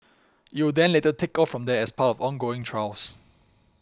it will then later take off from there as part of ongoing trials